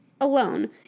alone